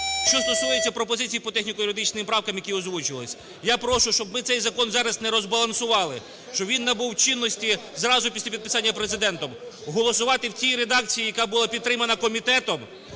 Що стосується пропозицій по техніко-юридичним правкам, які озвучувались. Я прошу, щоб ми цей закон зараз не розбалансували, щоб він набув чинності зразу після підписання Президентом. Голосувати в тій редакції, яка була підтримана комітетом,